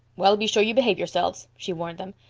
well, be sure you behave yourselves, she warned them.